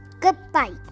Goodbye